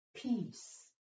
peace